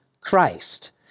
Christ